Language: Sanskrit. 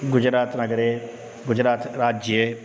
गुजरात्नगरे गुजरात् राज्ये